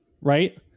right